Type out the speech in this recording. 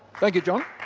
thank you john.